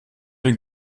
den